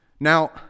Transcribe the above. Now